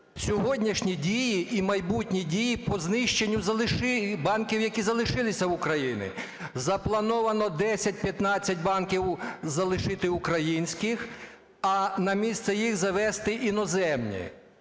сьогоднішні дії і майбутні дії по знищенню банків, які залишилися в Україні. Заплановано 10-15 банків залишити українських, а на місце їх завести іноземні.